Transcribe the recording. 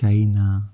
China